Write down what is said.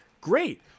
Great